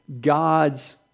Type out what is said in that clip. God's